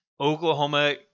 Oklahoma